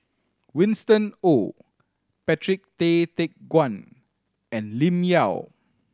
Winston Oh Patrick Tay Teck Guan and Lim Yau